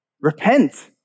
Repent